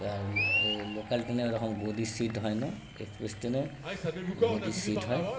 আর এ লোকাল ট্রেনে ওইরকম গদির সিট হয় না এক্সপ্রেস ট্রেনে গদির সিট হয়